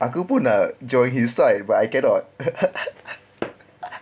aku pun nak join his side but I cannot